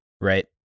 right